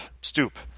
Stoop